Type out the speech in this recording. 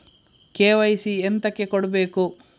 KYC ಎಂತಕೆ ಕೊಡ್ಬೇಕು?